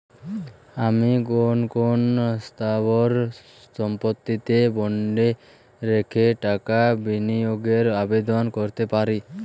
আমি কোন কোন স্থাবর সম্পত্তিকে বন্ডে রেখে টাকা বিনিয়োগের আবেদন করতে পারি?